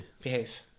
behave